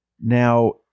Now